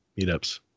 Meetups